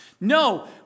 No